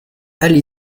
allée